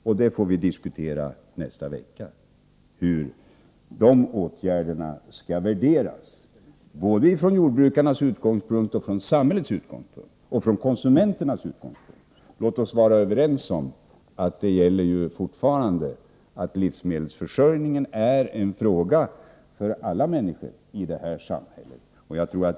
Nästa vecka får vi diskutera hur de åtgärderna skall värderas från jordbrukarnas, samhällets och även konsumenternas utgångspunkt. Låt oss vara överens om att livsmedelsförsörjningen fortfarande är en fråga för alla människor i detta samhälle.